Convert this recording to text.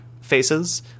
faces